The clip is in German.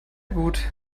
gut